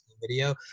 video